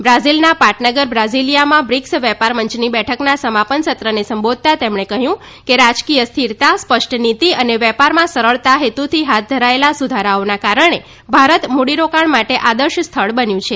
બ્રાઝિલના પાટનગર બ્રાસીલીયામાં બ્રીક્સ વેપાર મંચની બેઠકના સમાપન સત્રને સંબોધતાં તેમણે કહ્યું કે રાજકીય સ્થિરતા સ્પષ્ટનીતિ અને વેપારમાં સરળતા હેતુથી હાથ ધરાયેલા સુધારાઓના કારણે ભારત મૂડીરોકાણ માટે આદર્શ સ્થળ બન્યું છે